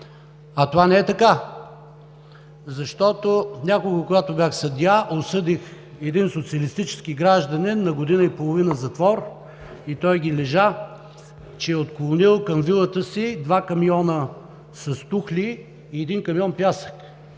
А това не е така. Някога, когато бях съдия, осъдих един социалистически гражданин на година и половина затвор и той ги лежа, че е отклонил към вилата си два камиона с тухли и един камион пясък.